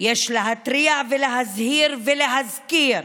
יש להתריע ולהזהיר ולהזכיר: